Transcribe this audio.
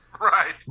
right